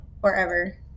forever